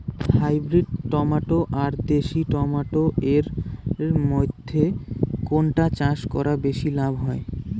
Hybrid tomato আর দেশি tomato এর মইধ্যে কোনটা চাষ করা বেশি লাভ হয়?